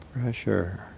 pressure